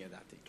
אני ידעתי.